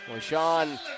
Sean